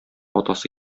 атасы